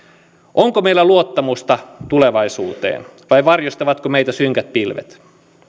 onko meillä luottamusta tulevaisuuteen vai varjostavatko meitä synkät pilvet